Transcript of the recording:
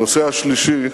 הנושא השלישי